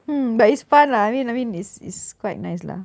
hmm but it's fun lah I mean I mean it's it's quite nice lah